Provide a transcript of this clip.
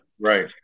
right